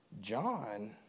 John